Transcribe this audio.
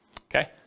Okay